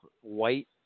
white